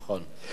נכון.